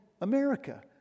America